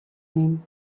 him